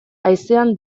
haizean